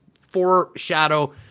foreshadow